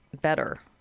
better